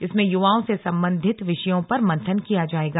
इसमें युवाओं से संबंधित विषयों पर मंथन किया जाएगा